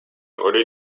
order